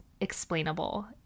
explainable